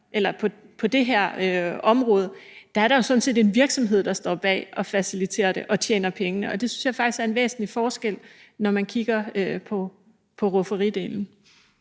– men på det her område er det jo sådan set en virksomhed, der står bag, og som faciliterer det og tjener penge på det, og det synes jeg faktisk er en væsentlig forskel, når man kigger på rufferidelen.